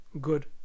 good